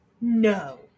no